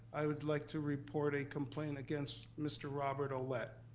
i would like to report a complaint against mr. robert ouellette,